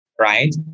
Right